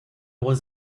was